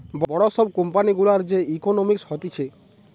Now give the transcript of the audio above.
বড় সব কোম্পানি গুলার যে ইকোনোমিক্স হতিছে